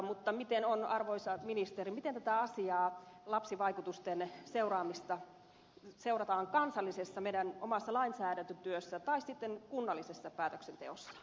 mutta miten on arvoisa ministeri miten tätä asiaa lapsivaikutuksia seurataan kansallisessa meidän omassa lainsäädäntötyössämme tai sitten kunnallisessa päätöksenteossa